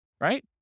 right